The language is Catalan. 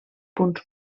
punts